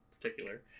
particular